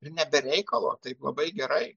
ir ne be reikalo taip labai gerai